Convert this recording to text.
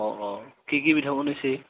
অঁ অঁ কি কি পিঠা বনাইছে